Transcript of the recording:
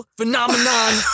Phenomenon